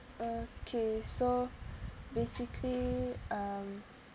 okay so basically um